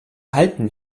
halten